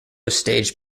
staged